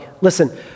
Listen